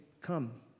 come